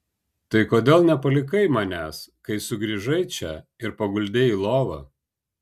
tai kodėl nepalikai manęs kai sugrįžai čia ir paguldei į lovą